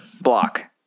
Block